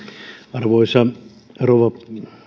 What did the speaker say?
arvoisa rouva